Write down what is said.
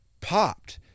popped